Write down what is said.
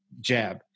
jab